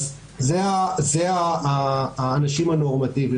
אלה האנשים הלא נורמטיביים.